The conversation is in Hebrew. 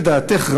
לדעתך,